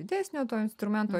didesnio to instrumento